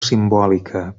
simbòlica